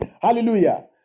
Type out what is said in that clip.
hallelujah